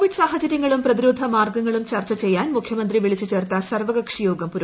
Covid സാഹചര്യങ്ങളും പ്രതിരോധ മാർഗ്ഗങ്ങളും ചർച്ച ചെയ്യാൻ മുഖ്യമന്ത്രി വിളിച്ചു ചേർത്ത സർവ്വകക്ഷി യോഗം പുരോഗമിക്കുന്നു